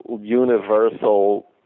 Universal